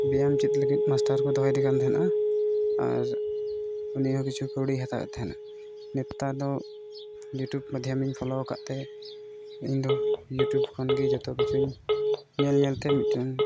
ᱵᱮᱭᱟᱢ ᱪᱮᱫ ᱞᱟᱹᱜᱤᱫ ᱢᱟᱥᱴᱟᱨ ᱠᱚ ᱫᱚᱦᱚᱭᱮ ᱠᱟᱱ ᱛᱟᱦᱮᱱᱟ ᱟᱨ ᱩᱱᱤ ᱦᱚᱸ ᱠᱤᱪᱷᱩ ᱠᱟᱹᱣᱰᱤ ᱦᱟᱛᱟᱣᱮᱫ ᱛᱟᱦᱮᱱᱟᱭ ᱱᱮᱛᱟᱨ ᱫᱚ ᱤᱭᱩᱴᱩᱵᱽ ᱢᱟᱫᱽᱫᱷᱚᱢᱮᱧ ᱯᱷᱳᱞᱳᱣᱟᱠᱟᱫᱛᱮ ᱤᱧ ᱫᱚ ᱤᱭᱩᱴᱩᱵᱽ ᱠᱷᱚᱱ ᱜᱮ ᱡᱚᱛᱚ ᱠᱤᱪᱷᱩᱧ ᱧᱮᱞ ᱧᱮᱞᱛᱮ ᱢᱤᱫᱴᱮᱱ